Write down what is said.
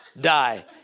die